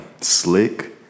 slick